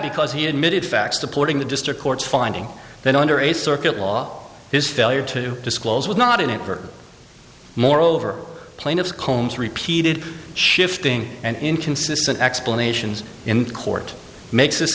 because he admitted facts supporting the district court's finding that under a circuit law his failure to disclose was not in it for moreover plaintiffs combs repeated shifting and inconsistent explanations in court makes